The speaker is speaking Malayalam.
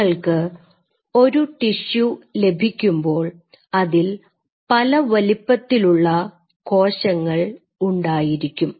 നിങ്ങൾക്ക് ഒരു ടിഷ്യു ലഭിക്കുമ്പോൾ അതിൽ പല വലുപ്പത്തിലുള്ള കോശങ്ങൾ ഉണ്ടായിരിക്കും